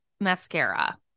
mascara